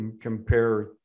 compare